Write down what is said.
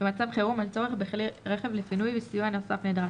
במצב חירום על צורך בכלי רכב לפינוי וסיוע נוסף נדרש,